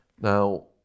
Now